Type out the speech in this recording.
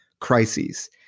crises